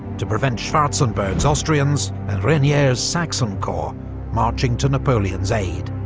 to prevent schwarzenberg's austrians and reynier's saxon corps marching to napoleon's aid.